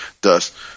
Thus